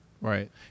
Right